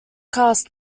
cast